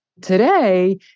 Today